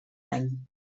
any